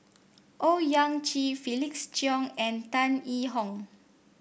Owyang Chi Felix Cheong and Tan Yee Hong